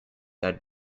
that